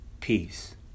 peace